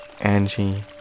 Angie